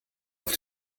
auf